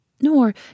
Nor